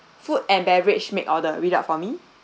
food and beverage make order read out for me